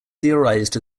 theorized